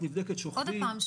עוד הפעם,